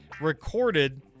recorded